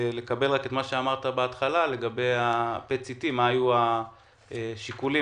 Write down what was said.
לקבל מה היו השיקולים,